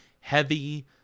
heavy